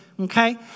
okay